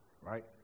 right